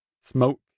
smoke